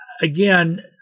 Again